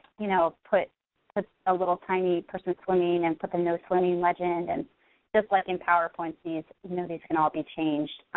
you know put a little, tiny person swimming and put the no swimming legend and just like in powerpoint you use, you know these can all be changed,